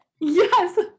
Yes